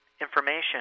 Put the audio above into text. information